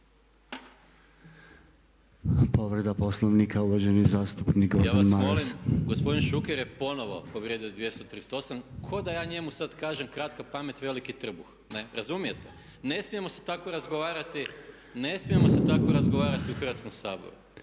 Gordan Maras. **Maras, Gordan (SDP)** Ja vas molim, gospodin Šuker je ponovo povrijedio 238. Ko da ja njemu sad kažem kratka pamet, veliki trbuh, ne. Razumijete? Ne smijemo se tako razgovarati, ne smijemo